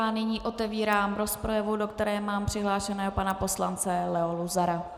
Nyní otevírám rozpravu, do které mám přihlášeného pana poslance Leo Luzara.